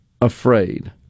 afraid